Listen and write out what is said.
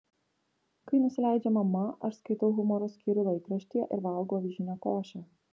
kai nusileidžia mama aš skaitau humoro skyrių laikraštyje ir valgau avižinę košę